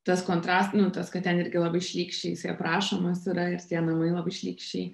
tas kontrastas nu tas kad ten irgi labai šlykščiai jisai aprašomas yra ir tie namai labai šlykščiai